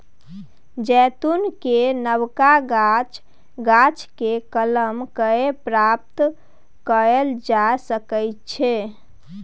जैतून केर नबका गाछ, गाछकेँ कलम कए प्राप्त कएल जा सकैत छै